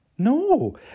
No